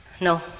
No